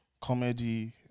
comedy